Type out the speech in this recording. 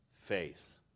faith